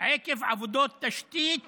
עקב עבודות תשתית